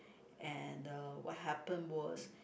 and uh what happened was